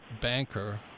banker